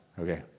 Okay